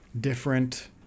different